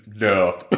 no